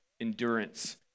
endurance